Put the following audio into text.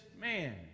man